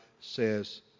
says